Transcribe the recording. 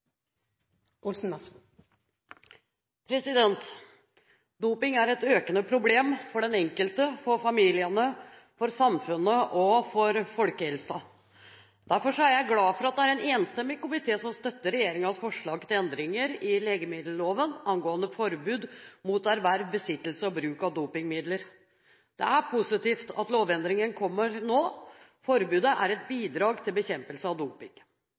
vedtatt. Doping er et økende problem for den enkelte, for familiene, for samfunnet og for folkehelsen. Derfor er jeg glad for at det er en enstemmig komité som støtter regjeringens forslag til endringer i legemiddelloven angående forbud mot erverv, besittelse og bruk av dopingmidler. Det er positivt at lovendringen kommer nå. Forbudet er et bidrag til bekjempelse av